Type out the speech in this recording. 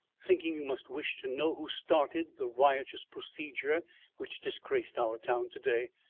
thinking you must wish to know who started the riotous procedure which disgraced our town to-day,